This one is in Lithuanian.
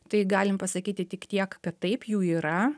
tai galim pasakyti tik tiek kad taip jų yra